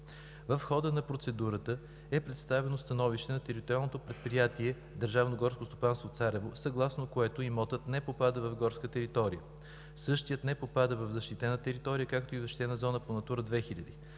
В хода на процедурата е представено становище на териториално предприятие Държавно горско стопанство „Царево“, съгласно което имотът не попада в горска територия. Същият не попада в защитена територия, както и в защитена зона по Натура 2000.